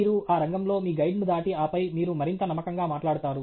మీరు ఆ రంగంలో మీ గైడ్ను దాటి ఆపై మీరు మరింత నమ్మకంగా మాట్లాడతారు